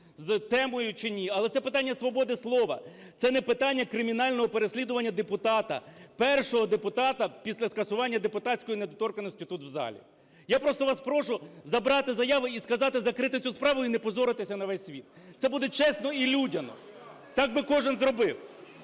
з темою чи ні, але це питання свободи слова. Це не питання кримінального переслідування депутата, першого депутата після скасування депутатської недоторканності тут в залі. Я просто вас прошу забрати заяву і сказати, закрити цю справу і не позоритися на весь світ. Це буде чесно і людяно. Так би кожен зробив.